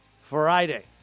Friday